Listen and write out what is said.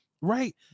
Right